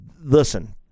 listen